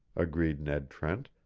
agreed ned trent,